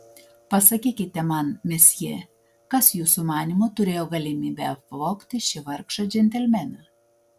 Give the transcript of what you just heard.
pasakykite man mesjė kas jūsų manymu turėjo galimybę apvogti šį vargšą džentelmeną